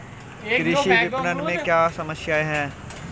कृषि विपणन में क्या समस्याएँ हैं?